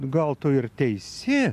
gal tu ir teisi